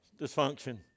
Dysfunction